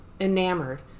enamored